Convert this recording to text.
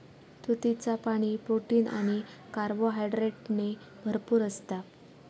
तुतीचा पाणी, प्रोटीन आणि कार्बोहायड्रेटने भरपूर असता